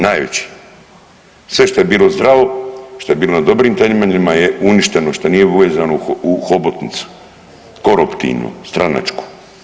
Najveći, sve što je bilo zdravo, što je bilo na dobrim temeljima je uništeno, što nije uvezano u hobotnicu koruptivnu, stranačku.